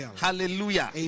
Hallelujah